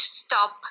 stop